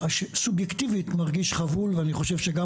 שסובייקטיבית מרגיש חבול ואני חושב שגם